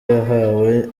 yahawe